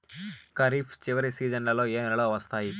ఖరీఫ్ చివరి సీజన్లలో ఏ నెలలు వస్తాయి?